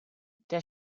der